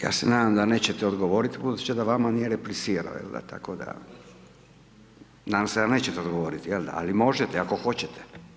Ja se nadam da nećete odgovoriti, budući da vama nije replicirao, tako da, nadam se da nećete odgovoriti, jel da, ali možete ako hoćete.